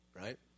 right